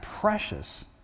precious